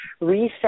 reset